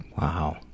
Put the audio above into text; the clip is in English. Wow